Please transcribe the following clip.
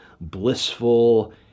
blissful